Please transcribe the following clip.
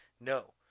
no